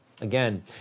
Again